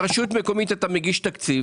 ברשות מקומית אתה מגיש תקציב